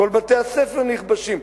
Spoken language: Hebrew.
כל בתי-הספר נכבשים.